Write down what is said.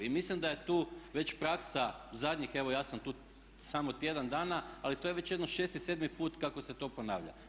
I mislim da je tu već praksa zadnjih evo ja sam tu samo tjedan dana ali to je već jedno 6., 7. put kako se to ponavlja.